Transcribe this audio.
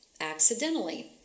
accidentally